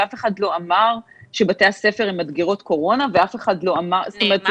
אף אחד לא אמר שבתי הספר הם מדגרות קורונה ואף אחד לא --- נאמר.